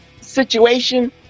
situation